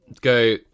go